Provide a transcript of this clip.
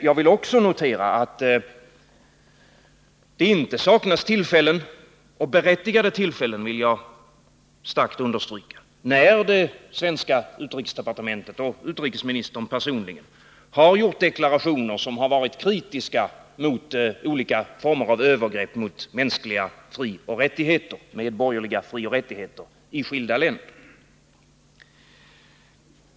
Jag vill också notera att det inte saknats tillfällen — och berättigade sådana, det vill jag starkt understryka — när det svenska utrikesdepartementet och dess utrikesminister personligen har gjort deklarationer som varit kritiska mot olika former av övergrepp mot mänskliga och medborgerliga frioch rättigheter i skilda länder.